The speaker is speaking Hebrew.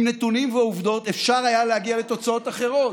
עם נתונים והעובדות אפשר היה להגיע לתוצאות אחרות.